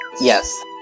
Yes